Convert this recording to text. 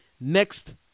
next